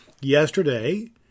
yesterday